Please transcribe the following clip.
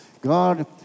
God